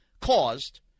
caused